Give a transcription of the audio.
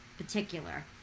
Particular